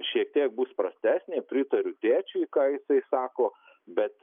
šiek tiek bus prastesnė pritariu tėčiui ką jisai sako bet